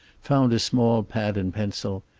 found a small pad and pencil,